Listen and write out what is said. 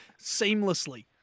seamlessly